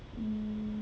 mm